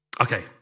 Okay